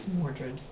Mordred